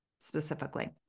specifically